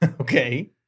Okay